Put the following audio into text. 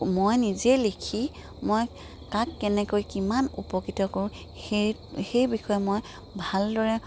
মই নিজে লিখি মই কাক কেনেকৈ কিমান উপকৃত কৰোঁ সেই সেই বিষয়ে মই ভালদৰে